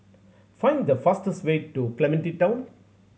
find the fastest way to Clementi Town